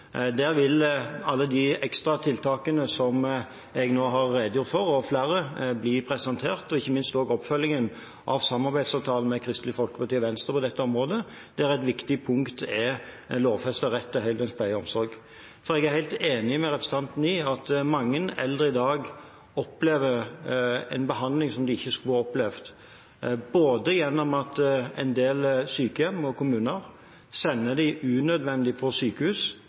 Der vil alle de ekstra tiltakene som jeg nå har redegjort for – og flere andre – bli presentert, og det vil ikke minst også oppfølgingen av samarbeidsavtalen med Kristelig Folkeparti og Venstre på dette området, der et viktig punkt er lovfestet rett til heldøgns pleie og omsorg. Jeg er helt enig med representanten i at mange eldre i dag opplever en behandling som de ikke skulle ha opplevd, gjennom at en del sykehjem og kommuner sender dem unødvendig på sykehus